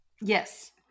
Yes